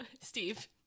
steve